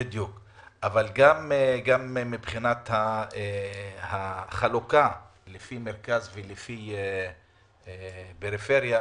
גם מבחינת החלוקה לפי מרכז ופריפריה,